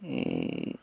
এই